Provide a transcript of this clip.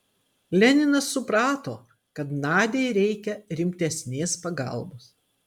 leninas suprato kad nadiai reikia rimtesnės pagalbos